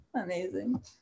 Amazing